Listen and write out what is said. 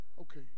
okay